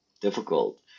difficult